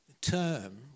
term